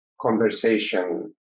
conversation